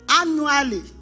annually